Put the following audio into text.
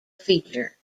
feature